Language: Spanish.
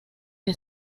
que